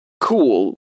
cool